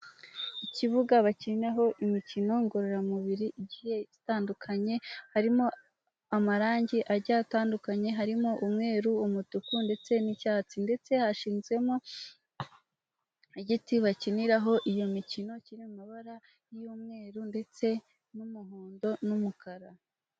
Ikibuga bakiniraho imikino ngororamubiri igiye itandukanye harimo amarangi agiye atandukanye harimo umweru, umutuku ndetse n'icyatsi ndetse hashizemo igiti bakiniraho iyo mikino, kiri mu mabara y'umweru ndetse n'umuhondo n'umukara.